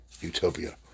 utopia